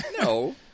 No